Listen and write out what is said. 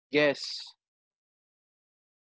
guess